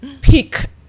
pick